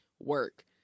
work